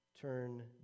turn